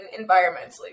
environmentally